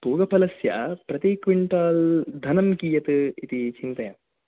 पूगफलस्य प्रति क्विन्टाल् धनं कीयत् इति चिन्तय